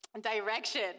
direction